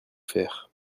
faire